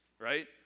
right